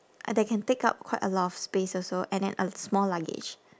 uh that can take up quite a lot of space also and then a small luggage